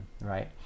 right